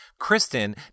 Kristen